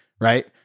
right